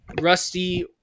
Rusty